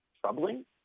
troubling